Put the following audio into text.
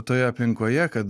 toje aplinkoje kad